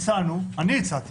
אני הצעתי